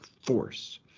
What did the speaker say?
force